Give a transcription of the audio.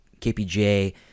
KPJ